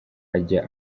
ajya